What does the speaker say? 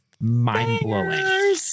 mind-blowing